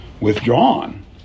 withdrawn